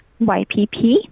YPP